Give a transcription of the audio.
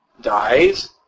dies